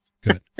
Good